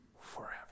forever